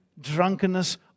drunkenness